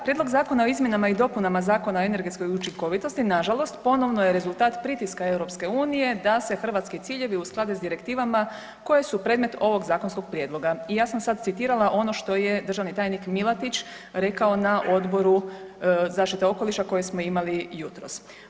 Prijedlog zakona o izmjenama i dopunama Zakona o energetskoj učinkovitosti na žalost ponovno je rezultat pritiska Europske unije da se hrvatski ciljevi usklade sa direktivama koje su predmet ovog zakonskog prijedloga i ja sam sada citirala ono što je državni tajnik Milatić rekao na Odboru zaštite okoliša koje smo imali jutros.